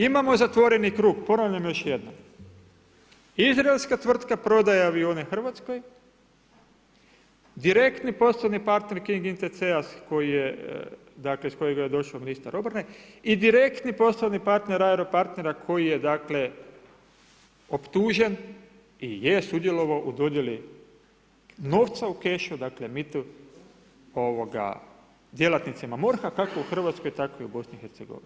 Imamo zatvoreni krug, ponavljam još jednom, izraelska tvrtka prodaje avione Hrvatskoj, direktni poslovni partner King ICT-a s kojega je došao ministar obrane i direktni poslovni partner airo partner koji je dakle, optužen i je sudjelovao u dodijeli novca u kešu dakle, mito, djelatnicima MORH-a kako u Hrvatskoj tako i u BIH.